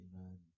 Amen